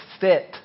fit